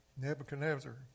Nebuchadnezzar